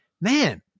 man